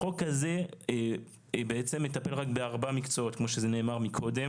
החוק הזה בעצם מטפל רק בארבעה מקצועות כמו שזה נאמר מקודם,